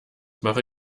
mache